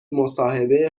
مصاحبه